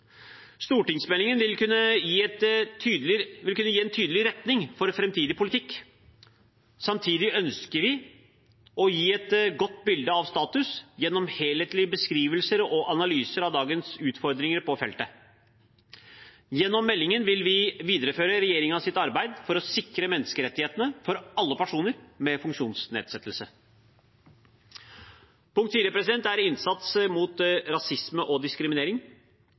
Stortingsmeldingen vil kunne gi en tydelig retning for framtidig politikk. Samtidig ønsker vi å gi et godt bilde av status gjennom helhetlige beskrivelser og analyser av dagens utfordringer på feltet. Gjennom meldingen vil vi videreføre regjeringens arbeid for å sikre menneskerettighetene for alle personer med funksjonsnedsettelse. Punkt 4 er innsats mot rasisme og diskriminering.